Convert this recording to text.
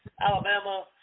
Alabama